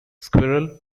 squirrel